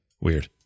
Weird